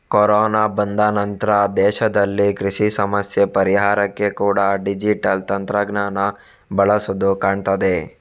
corona ಬಂದ ನಂತ್ರ ದೇಶದಲ್ಲಿ ಕೃಷಿ ಸಮಸ್ಯೆ ಪರಿಹಾರಕ್ಕೆ ಕೂಡಾ ಡಿಜಿಟಲ್ ತಂತ್ರಜ್ಞಾನ ಬಳಸುದು ಕಾಣ್ತದೆ